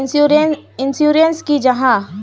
Insurance की जाहा?